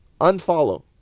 Unfollow